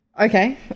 Okay